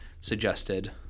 suggested